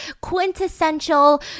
quintessential